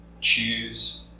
choose